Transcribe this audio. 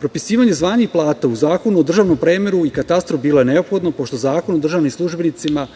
Propisivanje zvanja i plata u Zakonu o državnom premeru i katastru je bilo neophodno, pošto Zakon o državnim službenicima